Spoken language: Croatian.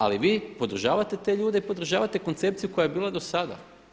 Ali vi podržavate te ljude i podržavate koncepciju koja je bila do sada.